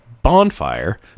bonfire